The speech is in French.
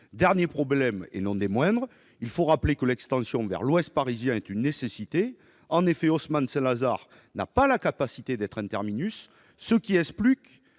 Dernier problème, et non des moindres : l'extension vers l'Ouest parisien est une nécessité. En effet, la station Haussmann-Saint-Lazare n'a pas la capacité d'être un terminus, ce qui explique